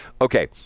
Okay